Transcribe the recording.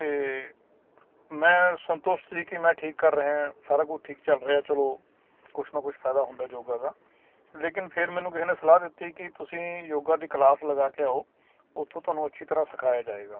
ਤੇ ਮੈਂ ਸੰਤੁਸ਼ਟ ਸੀ ਕਿ ਮੈਂ ਠੀਕ ਕਰ ਰਿਹਾ ਸਾਰਾ ਕੁਝ ਠੀਕ ਚੱਲ ਰਿਹਾ ਚਲੋ ਕੁਛ ਨਾ ਕੁਛ ਫਾਇਦਾ ਹੁੰਦਾ ਯੋਗਾ ਦਾ ਲੇਕਿਨ ਫਿਰ ਮੈਨੂੰ ਕਿਸੇ ਨੇ ਸਲਾਹ ਦਿੱਤੀ ਕਿ ਤੁਸੀਂ ਯੋਗਾ ਦੀ ਕਲਾਸ ਲਗਾ ਕੇ ਆਓ ਉਥੋਂ ਤੁਹਾਨੂੰ ਅੱਛੀ ਤਰ੍ਹਾਂ ਸਿਖਾਇਆ ਜਾਏਗਾ